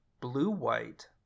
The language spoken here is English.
Blue-White